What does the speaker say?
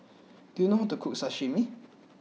do you know how to cook Sashimi